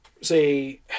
say